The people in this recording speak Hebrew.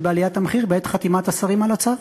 בעליית המחיר בעת חתימת השרים על הצו.